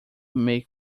make